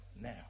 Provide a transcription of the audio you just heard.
now